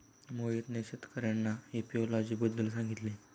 मोहितने शेतकर्यांना एपियोलॉजी बद्दल सांगितले